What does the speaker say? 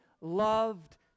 Loved